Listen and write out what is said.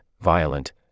violent